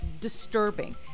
disturbing